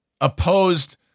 opposed